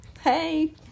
Hey